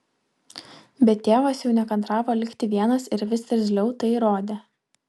bet tėvas jau nekantravo likti vienas ir vis irzliau tai rodė